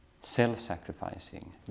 self-sacrificing